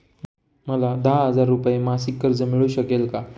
मला दहा हजार रुपये मासिक कर्ज मिळू शकेल का?